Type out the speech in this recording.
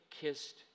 kissed